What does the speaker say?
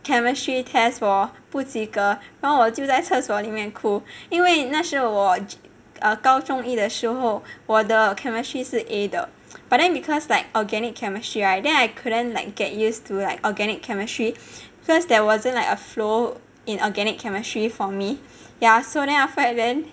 chemistry tests 我不及格然后我就在厕所里面哭因为那时我 err 高中一的时候我的 chemistry 是 A 的 but then because like organic chemistry [right] then I couldn't like get used to like organic chemistry because there wasn't like a flow in organic chemistry for me ya so then after that then